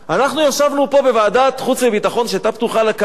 אנחנו ישבנו פה בוועדת חוץ וביטחון שהיתה פתוחה לקהל.